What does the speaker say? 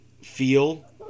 feel